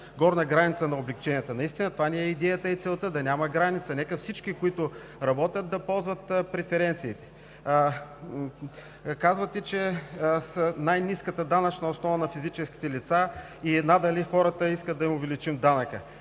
горна граница на облекченията. Това наистина ни е идеята и целта – да няма граница. Нека всички, които работят, да ползват преференциите. Казвате, че е най-ниската данъчна основа на физическите лица. Надали хората искат да им увеличим данъка.